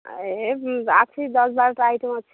ଏ ଅଛି ଦଶ ବାର ଟା ଆଇଟମ୍ ଅଛି